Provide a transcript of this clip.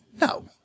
No